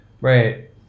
Right